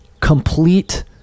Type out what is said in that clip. complete